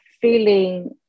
feeling